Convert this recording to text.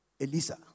Elisa